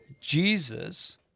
Jesus